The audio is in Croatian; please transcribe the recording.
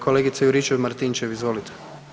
Kolegice Juričev-Martinčev, izvolite.